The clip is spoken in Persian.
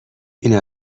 این